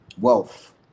wealth